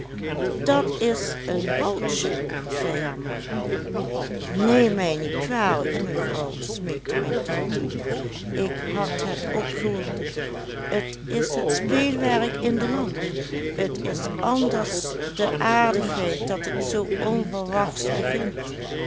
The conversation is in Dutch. dat is een walsje zei haar man neem mij niet kwalijk mevrouw smeekte mijn tante ik had het opgewonden t is het speelwerk in de lamp t is anders de aardigheid dat het zoo onverwachts begint